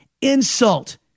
insult